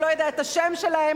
הוא לא יודע את השם שלהם,